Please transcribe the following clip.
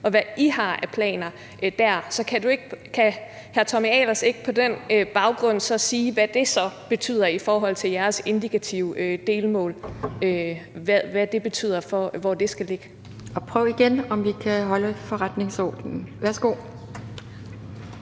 og hvad I har af planer dér. Så kan hr. Tommy Ahlers ikke på den baggrund sige, hvad det så betyder i forhold til jeres indikative delmål, altså hvad det betyder for, hvor det skal ligge? Kl. 16:43 Anden næstformand (Pia